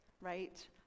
right